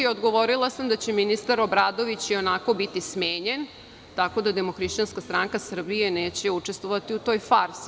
Odgovorila samda će ministar Obradović i onako biti smenjen, tako da Demohrišćanska stranka Srbije neće učestvovati u toj farsi.